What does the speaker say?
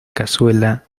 cazuela